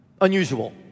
unusual